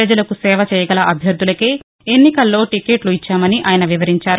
పజలకు సేవ చేయగల అభ్యర్ధలకే ఎన్నికల్లో టికెట్లు ఇచ్చామని ఆయన వివరించారు